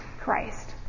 Christ